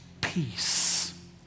peace